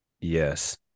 Yes